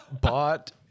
bought